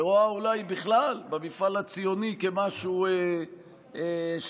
ורואה אולי בכלל במפעל הציוני משהו שהיא,